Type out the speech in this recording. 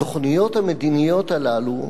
התוכניות המדיניות הללו,